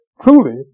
truly